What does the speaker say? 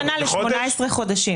לא בשנה, ל-18 חודשים.